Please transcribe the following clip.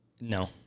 No